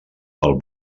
pel